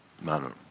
manner